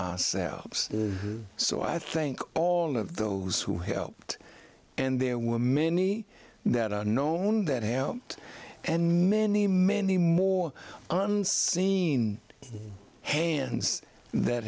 ourselves so i think all of those who helped and there were many that are known that have and many many more unseen hands that